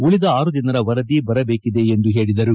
ಉಳಿದ ಆರು ಜನರ ವರದಿ ಬರಬೇಕಿದೆ ಎಂದು ಹೇಳಿದರು